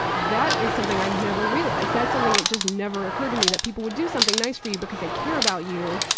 that is something i never realized. that's something that just never occurred to me, that people would do something nice for you because they care about you,